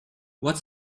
what